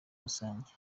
rusange